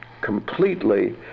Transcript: completely